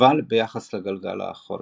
אבל ביחס לגלגל האחורי.